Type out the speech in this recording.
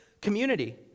community